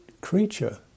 creature